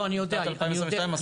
ב-2022.